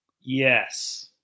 Yes